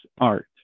art